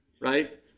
right